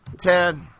Ted